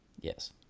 Yes